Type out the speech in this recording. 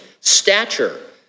stature